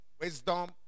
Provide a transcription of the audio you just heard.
Wisdom